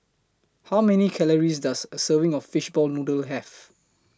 How Many Calories Does A Serving of Fishball Noodle Have